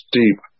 deep